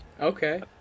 Okay